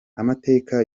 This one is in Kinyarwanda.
amateka